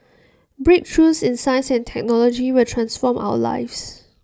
breakthroughs in science and technology will transform our lives